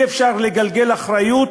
אי-אפשר לגלגל אחריות.